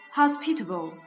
Hospitable